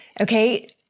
okay